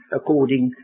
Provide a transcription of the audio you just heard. according